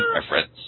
reference